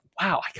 wow